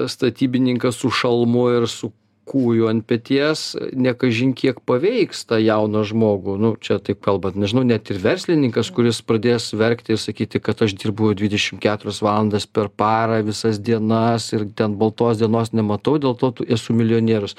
statybininkas su šalmu ir su kūju ant peties ne kažin kiek paveiks tą jauną žmogų nu čia taip kalbant nežinau net ir verslininkas kuris pradės verkti ir sakyti kad aš dirbu dvidešim keturias valandas per parą visas dienas ir ten baltos dienos nematau dėl to t esu milijonierius